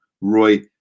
Roy